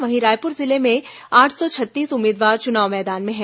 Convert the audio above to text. वहीं रायपुर जिले में आठ सौ छत्तीस उम्मीदवार चुनाव मैदान में हैं